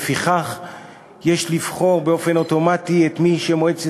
לפיכך יש לבחור באופן אוטומטי את מי שמועצת